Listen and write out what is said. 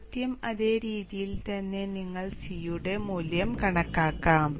കൃത്യം അതേ രീതിയിൽ തന്നെ നിങ്ങൾക്ക് C യുടെ മൂല്യം കണക്കാക്കാം